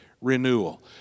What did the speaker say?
renewal